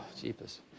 jeepers